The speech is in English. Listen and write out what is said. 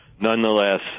nonetheless